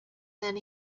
then